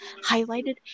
highlighted